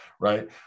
right